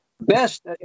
Best